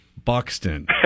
Buxton